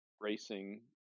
racing